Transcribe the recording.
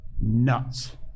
nuts